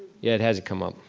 yeah it hasn't come up.